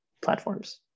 platforms